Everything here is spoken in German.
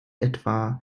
etwa